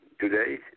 today